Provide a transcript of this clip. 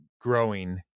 growing